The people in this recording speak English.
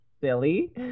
Silly